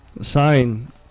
Sign